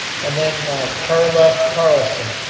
and then carla carlson.